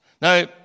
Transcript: Now